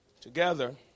Together